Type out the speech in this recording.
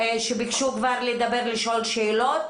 שביקשו לדבר ולשאול שאלות.